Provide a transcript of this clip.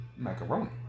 Macaroni